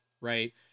right